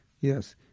Yes